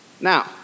Now